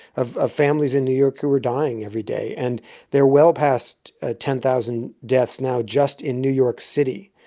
of ah families in new york, who are dying every day. and they're well past ah ten thousand deaths now just in new york city,